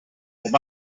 there